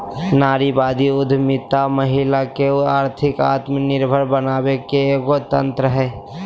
नारीवादी उद्यमितामहिला के आर्थिक आत्मनिर्भरता बनाबे के एगो तंत्र हइ